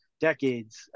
decades